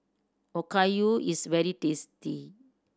okayu is very tasty